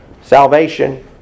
salvation